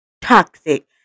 toxic